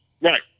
Right